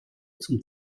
zum